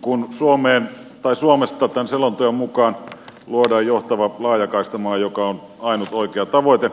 kun suomesta tämän selonteon mukaan luodaan johtava laajakaistamaa mikä on ainut oikea tavoite